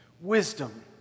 Wisdom